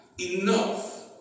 enough